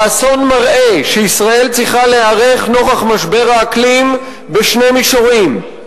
האסון מראה שישראל צריכה להיערך נוכח משבר האקלים בשני מישורים,